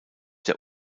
der